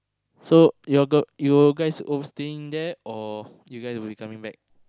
so your girl you guys ov~ staying there or you guys will be coming back